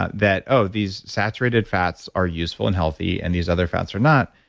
that, oh, these saturated fats are useful and healthy and these other fats or not,